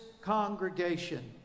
congregation